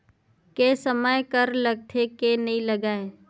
के समय कर लगथे के नइ लगय?